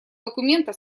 документа